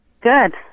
Good